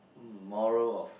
um moral of